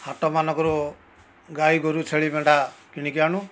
ହାଟମାନଙ୍କରୁ ଗାଈ ଗୋରୁ ଛେଳି ମେଣ୍ଢା କିଣିକି ଆଣୁ